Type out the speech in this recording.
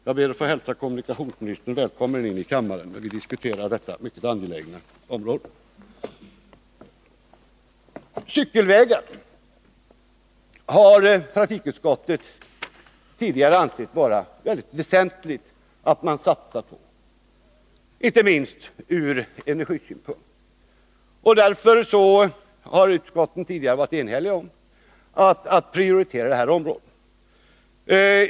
Jag ber att få hälsa kommunikationsministern välkommen in i kammaren när vi diskuterar detta mycket angelägna område. Trafikutskottet har tidigare ansett det vara väldigt väsentligt att man satsar på cykelvägar, inte minst ur energisynpunkt. Därför har utskottet tidigare varit enigt om att prioritera detta område.